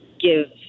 give